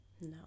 No